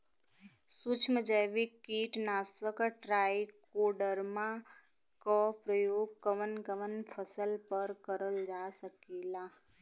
सुक्ष्म जैविक कीट नाशक ट्राइकोडर्मा क प्रयोग कवन कवन फसल पर करल जा सकेला?